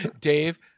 Dave